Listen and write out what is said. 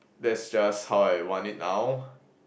that's just how I want it now